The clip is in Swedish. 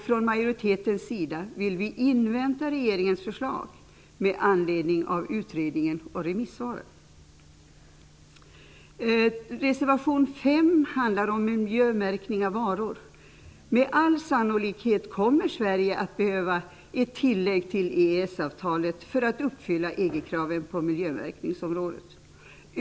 Från majoritetens sida vill vi invänta regeringens förslag med anledning av utredningen och remissvaren. Med all sannolikhet kommer Sverige att behöva ett tillägg till EES-avtalet för att uppfylla EG-kraven på miljömärkningsområdet.